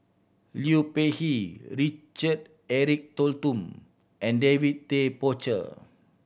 Liu Peihe Richard Eric Holttum and David Tay Poey Cher